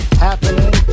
happening